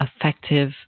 effective